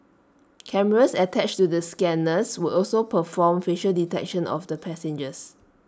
cameras attached to the scanners would also perform facial detection of passengers